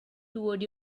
toward